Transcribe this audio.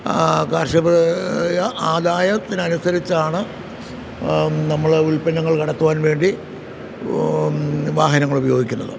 കാർഷികമായ ആദായത്തിനനുസരിച്ചാണ് നമ്മൾ ഉല്പ്പന്നങ്ങൾ കടത്തുവാൻ വേണ്ടി വാഹനങ്ങളുപയോഗിക്കുന്നത്